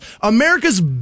America's